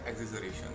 exaggeration